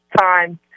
time